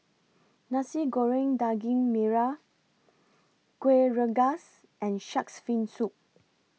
Nasi Goreng Daging Merah Kuih Rengas and Shark's Fin Soup